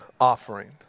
offering